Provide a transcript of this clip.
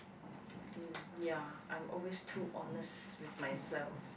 mm ya I'm always too honest with myself